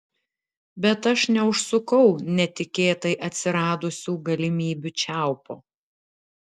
bet aš neužsukau netikėtai atsiradusių galimybių čiaupo